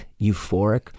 euphoric